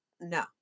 No